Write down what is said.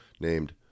named